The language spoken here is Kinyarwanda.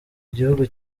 gihugu